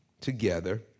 together